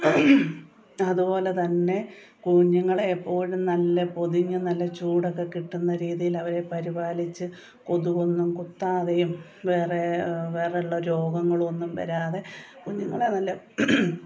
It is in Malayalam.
അതു പോലെ തന്നെ കുഞ്ഞുങ്ങളെ എപ്പോഴും നല്ല പൊതിഞ്ഞ് നല്ല ചൂട് ഒക്കെ കിട്ടുന്ന രീതിയിൽ അവരെ പരിപാലിച്ച് കൊതുകൊന്നും കുത്താതെയും വേറെ വേറെയുള്ള രോഗങ്ങളൊന്നും വരാതെ കുഞ്ഞുങ്ങളെ നല്ല